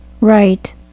Right